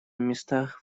местах